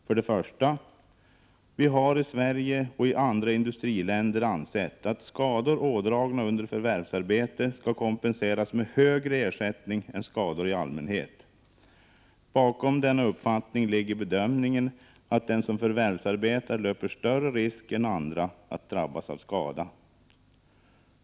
För det första: Vi har i Sverige och i andra industriländer ansett att skador ådragna under förvärvsarbete skall kompenseras med högre ersättning än skador i allmänhet. Bakom denna uppfattning ligger bedömningen att den som förvärvsarbetar löper större risk än andra att drabbas av skada.